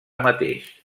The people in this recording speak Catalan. mateix